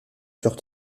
sur